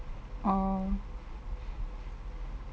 orh